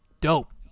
dope